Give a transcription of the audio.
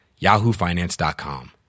yahoofinance.com